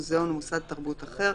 מוזאון ומוסד תרבות אחר,